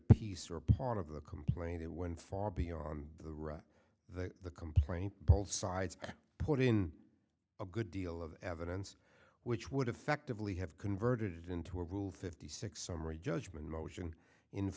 piece or part of the complaint that went far beyond the right the complaint both sides put in a good deal of evidence which would effectively have converted into a rule fifty six summary judgment motion